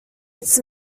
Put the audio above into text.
its